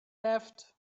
left